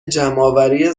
جمعآوری